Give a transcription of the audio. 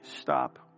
stop